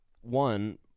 one